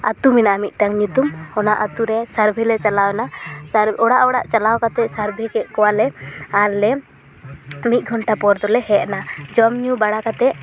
ᱟᱹᱛᱩ ᱢᱮᱱᱟᱜᱼᱟ ᱢᱤᱫᱴᱟᱝ ᱧᱩᱛᱩᱢ ᱚᱱᱟ ᱟᱹᱛᱩᱨᱮ ᱥᱟᱨᱵᱷᱮ ᱞᱮ ᱪᱟᱞᱟᱣ ᱮᱱᱟ ᱚᱲᱟᱜ ᱚᱲᱟᱜ ᱪᱟᱞᱟᱣ ᱠᱟᱛᱮ ᱥᱟᱨᱵᱷᱮ ᱠᱮᱫ ᱠᱚᱣᱟ ᱞᱮ ᱟᱨ ᱞᱮ ᱢᱤᱫᱜᱷᱚᱱᱴᱟ ᱯᱚᱨ ᱫᱚᱞᱮ ᱦᱮᱡ ᱮᱱᱟ ᱡᱚᱢ ᱧᱩ ᱵᱟᱲᱟ ᱠᱟᱛᱮ